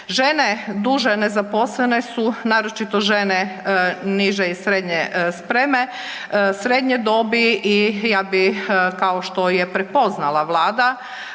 Žene duže nezaposlene su, naročito žene niže i srednje spreme, srednje dobi i ja bi kao što je prepoznala vlada,